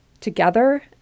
together